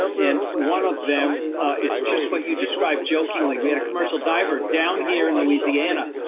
and one of them is just what you described jokingly. we had a commercial diver down here in louisiana,